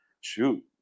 shoot